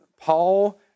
Paul